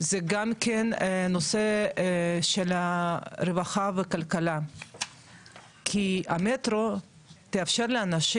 זה גם נושא של רווחה וכלכלה כי המטרו יאפשר לאנשים